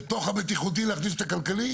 לתוך הבטיחותי להכניס את הכלכלי?